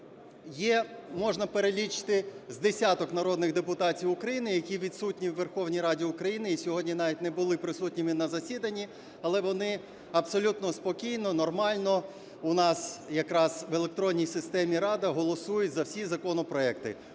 Є, можна перелічити з десяток народних депутатів України, які відсутні у Верховній Раді України і сьогодні навіть не були присутніми на засіданні, але вони абсолютно спокійно, нормально у нас якраз в електронній системі "Рада" голосують за всі законопроекти.